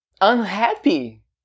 unhappy